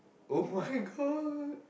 oh-my-god